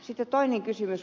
sitten toinen kysymys